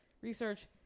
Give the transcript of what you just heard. research